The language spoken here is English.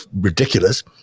ridiculous